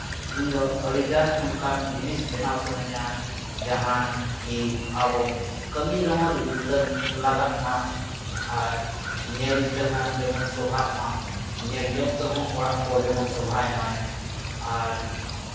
ᱤᱧᱫᱚ ᱟᱹᱰᱤᱜᱟᱱ ᱚᱱᱠᱟᱱ ᱡᱤᱱᱤᱥ ᱵᱮᱱᱟᱣ ᱥᱟᱱᱟᱧᱟ ᱡᱟᱦᱟᱸ ᱠᱤ ᱟᱵᱚ ᱠᱟᱹᱢᱤ ᱨᱮᱦᱚᱸ ᱞᱟᱜᱟᱜ ᱢᱟ ᱟᱨ ᱧᱮᱞ ᱛᱮᱦᱚᱸ ᱡᱮᱢᱚᱱ ᱥᱚᱵᱷᱟᱜ ᱢᱟ ᱧᱮᱞ ᱡᱚᱝ ᱛᱮᱦᱚᱸ ᱚᱲᱟᱜ ᱠᱚ ᱡᱮᱢᱚᱱ ᱥᱚᱵᱷᱟᱭ ᱢᱟᱭ ᱟᱨ